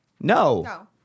No